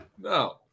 No